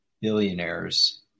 billionaires